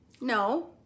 No